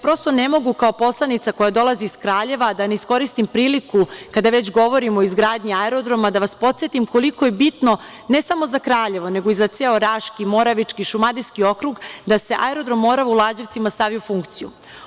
Prosto ne mogu, kao poslanica koja dolazi iz Kraljeva, da ne iskoristim priliku, kada već govorim o izgradnji aerodroma, da vas podsetim koliko je bitno, ne samo za Kraljevo, nego i za ceo Raški, Moravički i Šumadijski okrug, da se aerodrom „Morava“ u Lađevcima stavi u funkciju.